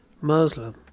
Muslim